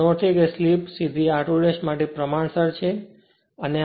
એનો અર્થ એ કે સ્લીપ સીધી r2 માટે પ્રમાણસર છે